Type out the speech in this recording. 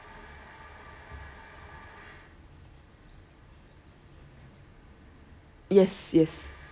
yes yes